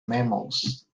mammals